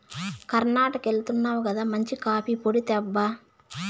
కర్ణాటకెళ్తున్నావు గదా మంచి కాఫీ పొడి తేబ్బా